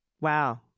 Wow